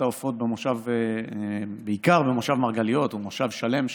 העופות בעיקר במושב מרגליות ובמושב שלם,